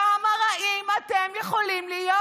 כמה רעים אתם יכולים להיות?